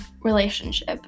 relationship